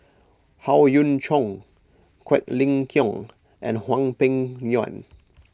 Howe Yoon Chong Quek Ling Kiong and Hwang Peng Yuan